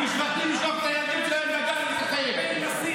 אתה יודע מי מסית?